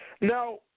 Now